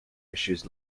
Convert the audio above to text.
issues